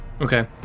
Okay